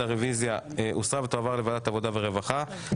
הרוויזיה הוסרה ותועבר לוועדת העבודה והרווחה.